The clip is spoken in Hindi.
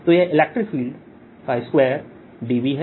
तो यह इलेक्ट्रिक फील्ड का स्क्वेयर dV है